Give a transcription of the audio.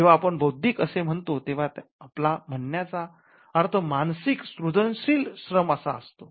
जेव्हा आपण बौद्धिक असे म्हणतो तेव्हा आपला म्हणण्याचा अर्थ मानसिकसृजनशील श्रम असा असतो